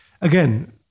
Again